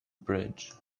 bridge